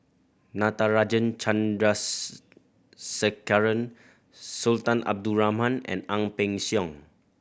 Natarajan Chandrasekaran Sultan Abdul Rahman and Ang Peng Siong